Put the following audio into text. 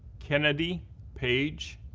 kennedy page,